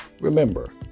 Remember